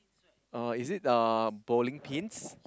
oh is it uh bowling pins